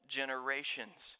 generations